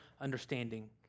understanding